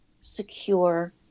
secure